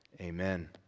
Amen